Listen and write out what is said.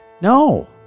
No